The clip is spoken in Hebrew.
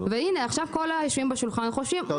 כל היושבים בשולחן חושבים דברים לא נכונים.